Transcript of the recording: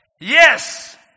yes